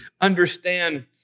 understand